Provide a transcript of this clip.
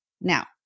Now